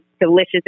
delicious